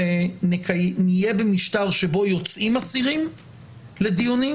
שאנחנו נהיה במשטר שבו יוצאים אסירים לדיונים,